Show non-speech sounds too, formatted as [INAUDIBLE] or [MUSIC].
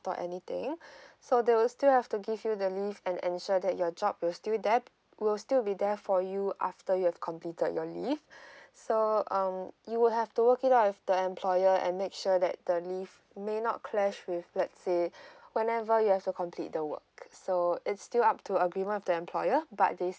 or anything [BREATH] so they will still have to give you the leave and ensure that your job will still there will still be there for you after you have completed your leave [BREATH] so um you would have to work it out with the employer and make sure that the leave may not clash with let's say [BREATH] whenever you have to complete the work so it's still up to agreement with the employer but they still